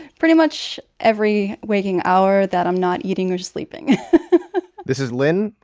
pretty much every waking hour that i'm not eating or sleeping this is lynne.